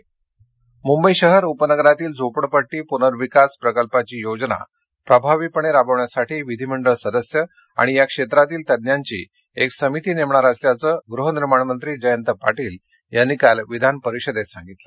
विधान परिषद मुंबई शहर उपनगरातील झोपडपट्टी पूनविंकास प्रकल्पाची योजना प्रभावीपणे राबवण्यासाठी विधीमंडळ सदस्य आणि या क्षेत्रातील तज्ज्ञांची एक समिती नेमणार असल्याचं गृहनिर्माणमंत्री जयंत पाटील यांनी काल विधान परिषदेत सांगितलं